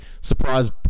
Surprise